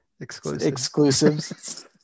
exclusives